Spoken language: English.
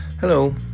Hello